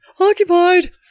Occupied